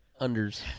Unders